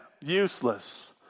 useless